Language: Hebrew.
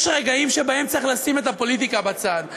רגעים שבהם צריך לשים את הפוליטיקה בצד.